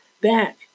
back